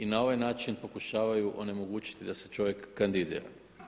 I na ovaj način pokušavaju onemogućiti da se čovjek kandidira.